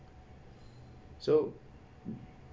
so